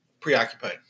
preoccupied